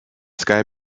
sky